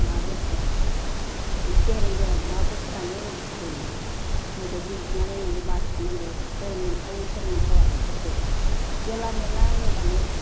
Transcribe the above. मा दोरखार ओइ गोरों गोरा माबाफोरानो भुल मोजां बिजिरना नायनांगौ बासिनांगौ सोर मोनथावो सोर मोनथावा बेफोरखौ जानला मानला होबानो